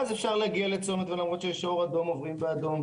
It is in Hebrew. ואז אפשר להגיע לצומת ועוברים באדום,